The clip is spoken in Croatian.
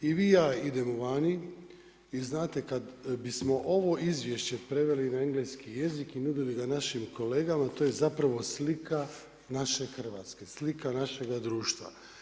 I vi i ja idemo vani i znate kad bismo ovo Izvješće preveli na engleski jezik i nudili ga našim kolegama to je zapravo slika naše Hrvatske, slika našega društva.